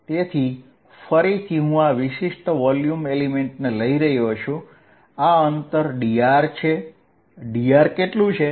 dr તેથી ફરીથી હું આ વિશિષ્ટ વોલ્યુમ એલિમેન્ટને લઈ રહ્યો છું આ અંતર dr છે dr કેટલું છે